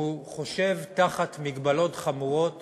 והוא חושב תחת מגבלות חמורות